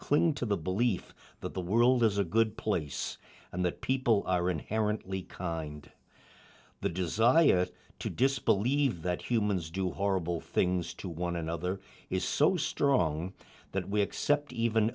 cling to the belief that the world is a good place and that people are inherently kind the desire to disbelieve that humans do horrible things to one another is so strong that we accept even